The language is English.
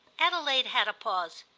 adelaide had a pause.